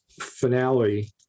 finale